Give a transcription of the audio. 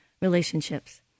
relationships